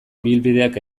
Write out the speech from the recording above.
ibilbideak